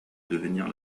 devenir